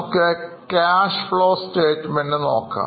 നമുക്ക് Cash Flow Statement പരിശോധിക്കാം